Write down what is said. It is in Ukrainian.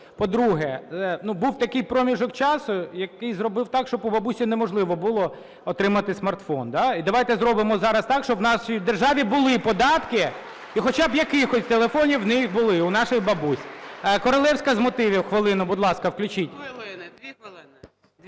По-друге, був такий проміжок часу, який зробив так, щоб бабусі неможливо було отримати смартфон. Так? І давайте зробимо зараз так, щоб в нашій державі були податки і хоча б якісь телефони у них були, у наших бабусь. Королевська – з мотивів, хвилину. Будь ласка, включіть. 15:53:35 КОРОЛЕВСЬКА